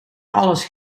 alles